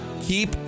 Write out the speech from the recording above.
keep